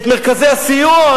את מרכזי הסיוע.